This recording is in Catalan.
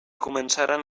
començaren